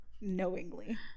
knowingly